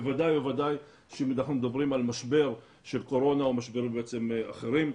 בוודאי ובוודאי כשאנחנו מדברים על משבר של קורונה או משברים אחרים.